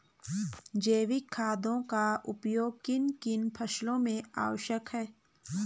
जैविक खादों का उपयोग किन किन फसलों में आवश्यक है?